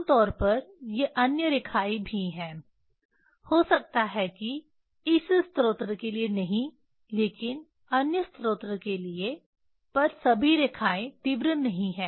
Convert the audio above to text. आम तौर पर ये अन्य रेखाएं भी हैं हो सकता है की इस स्रोत के लिए नहीं लेकिन अन्य स्रोत के लिए पर सभी रेखाएं तीव्र नहीं हैं